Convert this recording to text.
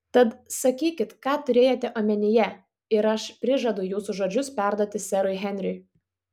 tad sakykit ką turėjote omenyje ir aš prižadu jūsų žodžius perduoti serui henriui